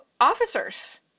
officers